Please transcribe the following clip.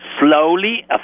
slowly